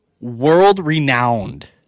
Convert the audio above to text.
world-renowned